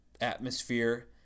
atmosphere